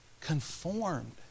Conformed